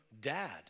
dad